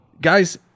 Guys